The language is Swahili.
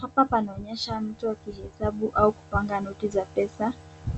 Hapa panaonyesha mtu akihesabu au kupanga noti za pesa